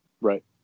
right